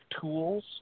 tools